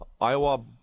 Iowa